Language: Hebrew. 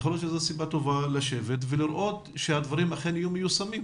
יכול להיות שזו סיבה טובה לשבת ולראות שהדברים אכן יהיו מיושמים.